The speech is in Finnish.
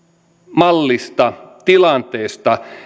mallista tilanteesta